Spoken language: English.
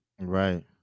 right